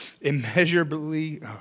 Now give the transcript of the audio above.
immeasurably